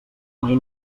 mai